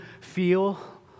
feel